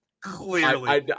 clearly